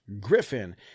Griffin